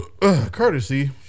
Courtesy